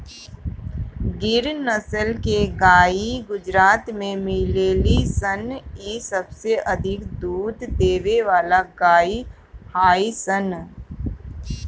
गिर नसल के गाई गुजरात में मिलेली सन इ सबसे अधिक दूध देवे वाला गाई हई सन